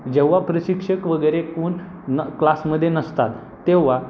जेव्हा प्रशिक्षक वगैरे कोण न क्लासमध्ये नसतात तेव्हा